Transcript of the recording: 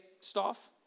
staff